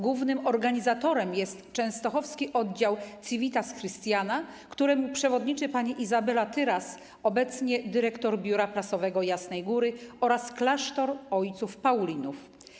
Głównym organizatorem jest częstochowski oddział ˝Civitas Christiana˝, któremu przewodniczy pani Izabela Tyras, obecnie dyrektor Biura Prasowego Jasnej Góry, oraz klasztor ojców Paulinów.